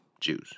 Jews